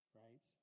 right